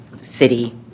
City